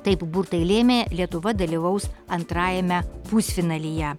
taip burtai lėmė lietuva dalyvaus antrajame pusfinalyje